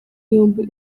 yombi